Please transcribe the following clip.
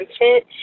content